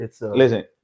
Listen